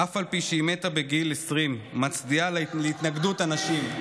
אף על פי שהיא מתה בגיל 20. מצדיעה להתנגדות הנשים".